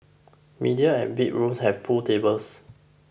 medium and big rooms have pool tables